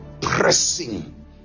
pressing